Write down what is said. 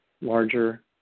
larger